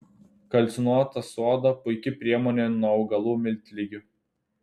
kalcinuota soda puiki priemonė nuo augalų miltligių